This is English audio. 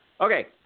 Okay